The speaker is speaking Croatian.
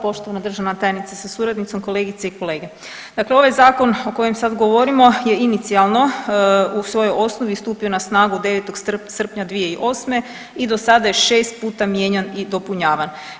Poštovana državna tajnice sa suradnicom, kolegice i kolege, dakle ovaj zakon o kojem sad govorimo je inicijalno u svojoj osnovi stupio na snagu 9. srpnja 2008. i do sada je 6 puta mijenjan i dopunjavan.